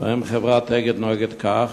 שבה חברת "אגד" נוהגת כך.